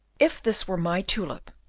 if this were my tulip,